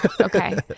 okay